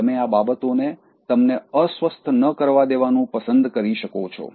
તમે આ બાબતોને તમને અસ્વસ્થ ન કરવા દેવાનું પસંદ કરી શકો છો